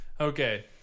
Okay